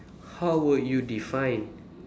how would you define